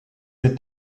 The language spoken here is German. mit